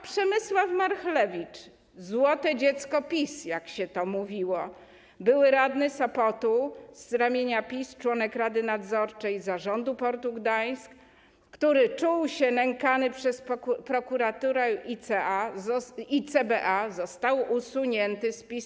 Przemysław Marchlewicz - złote dziecko PiS, jak się mówiło, były radny Sopotu z ramienia PiS, członek rady nadzorczej Zarządu Morskiego Portu Gdańsk, który czuł się nękany przez prokuraturę i CBA, został usunięty z PiS.